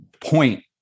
point